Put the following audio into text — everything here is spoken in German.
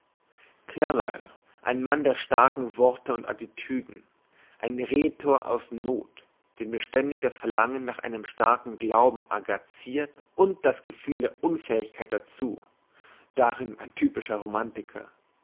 carlyle ein mann der starken worte und attitüden ein rhetor aus noth den beständig das verlangen nach einem starken glauben agairt und das gefühl der unfähigkeit dazu darin ein typischer